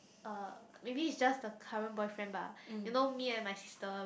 uh maybe is just the current boyfriend bah you know me and my sister